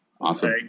Awesome